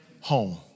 home